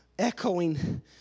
Echoing